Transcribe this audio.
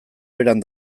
beran